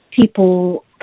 people